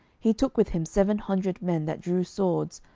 he took with him seven hundred men that drew swords,